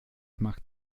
macht